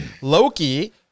Loki